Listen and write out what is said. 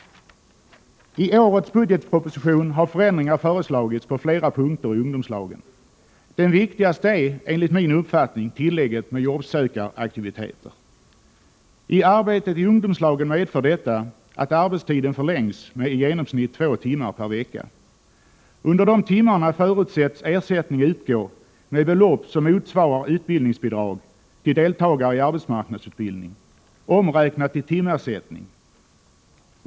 I årets budgetproposition har förändringar föreslagits på flera punkter i ungdomslagen. Den viktigaste är, enligt min uppfattning, tillägget med jobbsökaraktiviteter. I arbetet i ungdomslagen medför detta att arbetstiden förlängs med i genomsnitt två timmar per vecka. Under de timmarna förutsätts ersättning utgå med belopp som motsvarar utbildningsbidrag till deltagare i arbetsmarknadsutbildning, omräknat till timersättning.